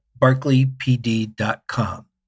BarclayPD.com